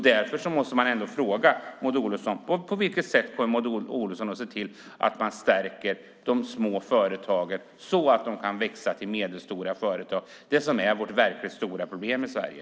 Därför måste jag fråga: På vilket sätt kommer Maud Olofsson att se till att de små företagen stärks så att de kan växa till medelstora företag? Det är ju detta som är det verkligt stora problemet i Sverige.